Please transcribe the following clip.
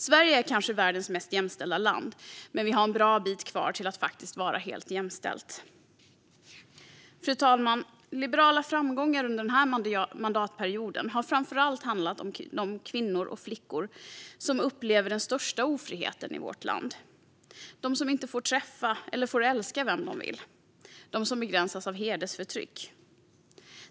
Sverige är kanske världens mest jämställda land, men vi i Sverige har en bra bit kvar till att faktiskt vara helt jämställda. Fru talman! Liberala framgångar under den här mandatperioden har framför allt handlat om de kvinnor och flickor som upplever den största ofriheten i vårt land - om dem som inte får träffa eller älska vem de vill och som begränsas av hedersförtryck.